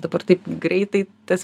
dabar taip greitai tas